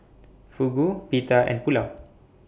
Fugu Pita and Pulao